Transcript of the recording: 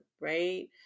right